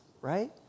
right